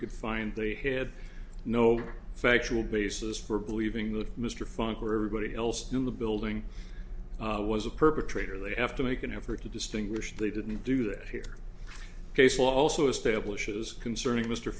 could find the head no factual basis for believing that mr funk where everybody else in the building was a perpetrator they have to make an effort to distinguish they didn't do that here case law also establishes concerning mr